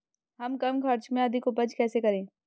हम कम खर्च में अधिक उपज कैसे करें?